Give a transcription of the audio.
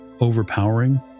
overpowering